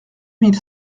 mille